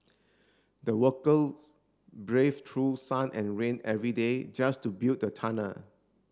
the worker braved through sun and rain every day just to build the tunnel